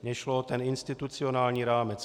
Mně šlo o ten institucionální rámec.